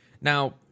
Now